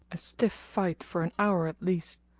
a stiff fight for an hour at least.